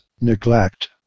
neglect